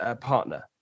partner